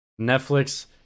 Netflix